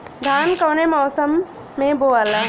धान कौने मौसम मे बोआला?